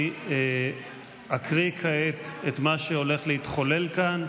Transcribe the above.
אני אקריא כעת את מה שהולך להתחולל כאן,